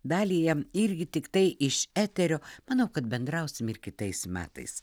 daliją irgi tiktai iš eterio manau kad bendrausim ir kitais metais